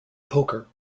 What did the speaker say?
poker